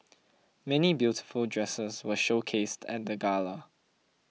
many beautiful dresses were showcased at the gala